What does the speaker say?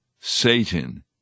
Satan